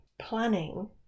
planning